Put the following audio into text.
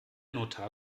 notar